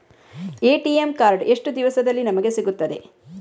ATM card ಎಷ್ಟು ದಿವಸದಲ್ಲಿ ನಮಗೆ ಸಿಗುತ್ತದೆ?